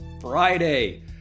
Friday